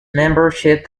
membership